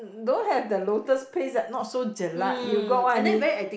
don't have the lotus paste that not so jelak you got what I mean